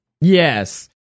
Yes